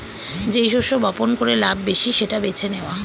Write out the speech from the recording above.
যেই শস্য বপন করে লাভ বেশি সেটা বেছে নেওয়া